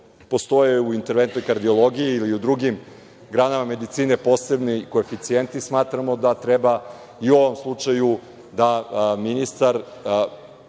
postoje u interventnoj kardiologiji ili u drugim granama medicine posebni koeficijenti, smatramo da treba i u ovom slučaju da ministar